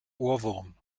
ohrwurm